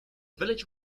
village